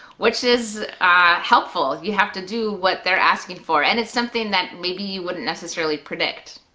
which is ah helpful, you have to do what they're asking for. and it's something that maybe you wouldn't necessarily predict.